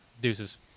deuces